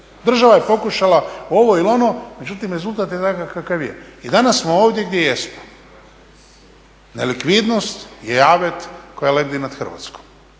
Država je pokušala ovo ili ono međutim rezultat je takav kakav je i danas smo ovdje gdje jesmo. Nelikvidnost je avet koja lebdi nad Hrvatskom.